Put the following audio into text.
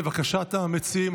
לבקשת המציעים,